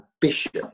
Bishop